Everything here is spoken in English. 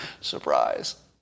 Surprise